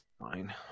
fine